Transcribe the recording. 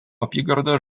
apygardos